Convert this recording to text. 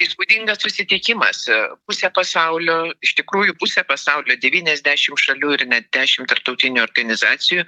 įspūdingas susitikimas pusė pasaulio iš tikrųjų pusė pasaulio devyniasdešim šalių ir net dešimt tarptautinių organizacijų